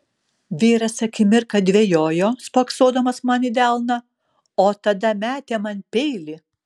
vyras akimirką dvejojo spoksodamas man į delną o tada metė man peilį